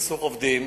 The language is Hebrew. סכסוך עובדים,